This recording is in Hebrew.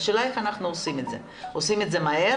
השאלה איך אנחנו עושים את זה עושים את זה מהר,